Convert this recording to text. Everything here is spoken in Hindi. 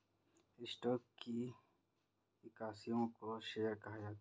स्टॉक की इकाइयों को शेयर कहा जाता है